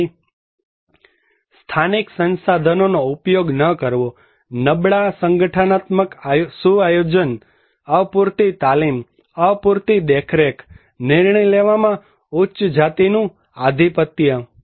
તેથી સ્થાનિક સંસાધનોનો ઉપયોગ ન કરવો નબળા સંગઠનાત્મક સુયોજન અપૂરતી તાલીમ અપૂરતી દેખરેખ નિર્ણય લેવામાં ઉચ્ચ જાતિનું આધિપત્ય